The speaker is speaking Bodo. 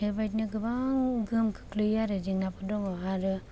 बेबायदिनो गोबां गोहोम खोख्लैयो आरो जेंनाफोर दङ आरो